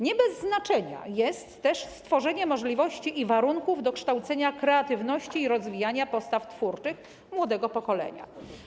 Nie bez znaczenia jest też stworzenie możliwości i warunków do kształcenia kreatywności i rozwijania postaw twórczych młodego pokolenia.